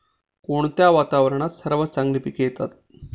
कोणत्या वातावरणात सर्वात चांगली पिके येतात?